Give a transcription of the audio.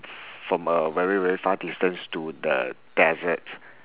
from a very very far distance to the desert